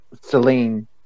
Celine